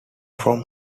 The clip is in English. from